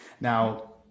Now